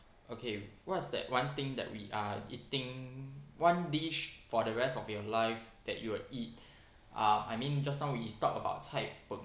okay what's that one thing that we uh eating one dish for the rest of your life that you will eat ah I mean just now we talk about cai png